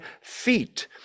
feet